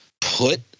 put